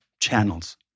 channels